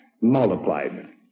multiplied